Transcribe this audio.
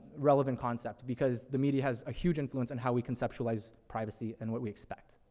relevant concept because the media has a huge influence on how we conceptualize privacy and what we expect.